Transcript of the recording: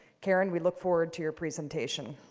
karin, we look forward to your presentation.